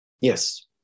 yes